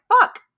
fuck